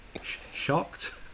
shocked